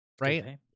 Right